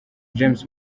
james